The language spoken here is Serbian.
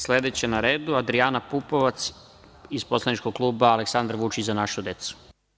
Sledeća na redu je Adrijana Pupovac, iz poslaničkog kluba Aleksandar Vučić – za našu decu.